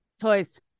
Toys